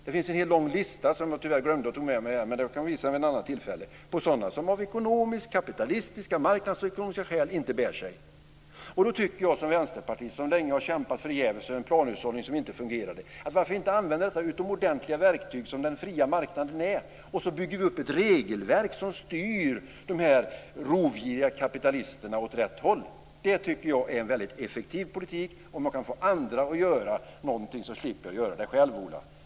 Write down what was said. Det finns en hel lång lista som jag tyvärr glömde att ta med mig, men jag kan visa den vid ett annat tillfälle, på sådana som av marknadsekonomiska och kapitalistiska skäl inte bär sig. Då tycker jag som vänsterpartist, som länge har kämpat förgäves med en planhushållning som inte fungerade, att man kan använda det utomordentliga verktyg som den fria marknaden är och bygga upp ett regelverk som styr de rovgiriga kapitalisterna åt rätt håll. Det tycker jag är en väldigt effektiv politik. Om jag kan få andra att göra någonting så slipper jag att göra det själv, Ola.